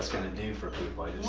gonna do for people.